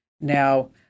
Now